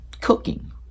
cooking